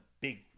big